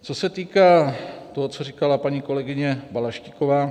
Co se týká toho, co říkala paní kolegyně Balaštíková.